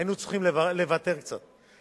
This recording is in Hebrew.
היינו צריכים לוותר קצת.